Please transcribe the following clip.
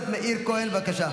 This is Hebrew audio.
תודה.